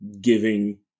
giving